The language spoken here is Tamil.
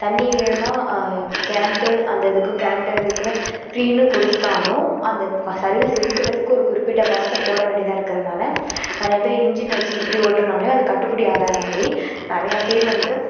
தண்ணி வேணுன்னால் கெரண்ட்டு அந்த இதுக்கும் கெரண்ட்டு அதுக்குன்னு ஃப்ரீனு கொடுத்தாலும் அந்த சர்வீஸ் இழுக்கிறத்துக்கு ஒரு குறிப்பிட்ட பணத்தை போட வேண்டியதாக இருக்கிறனால நிறையா பேர் இன்ஜீன் வெச்சு இப்படி ஓட்டுறனாலையும் அது கட்டுப்பிடி ஆகாதனாலேயே நிறையா பேர் வந்து